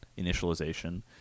initialization